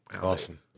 Awesome